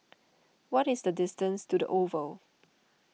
what is the distance to the Oval